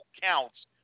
counts